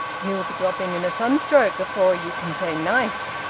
he'll be dropping in a sunstroke afore ye can say knife.